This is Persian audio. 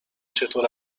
چطور